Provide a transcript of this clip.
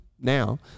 now